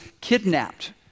kidnapped